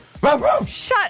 Shut